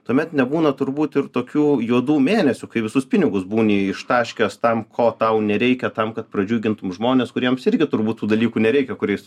tuomet nebūna turbūt ir tokių juodų mėnesių kai visus pinigus būni ištaškęs tam ko tau nereikia tam kad pradžiugintum žmones kuriems irgi turbūt tų dalykų nereikia kuriais